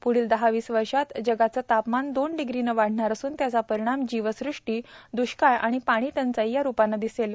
पुढील दहा वीस वर्षात जगाचे तापमान दोन डिग्रीने वाढणार असून त्याचा परिणाम जीवसृष्टी दुष्काळ व पाणीटंचाई या रुपाने दिसेल